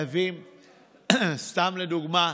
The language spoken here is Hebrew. סתם לדוגמה,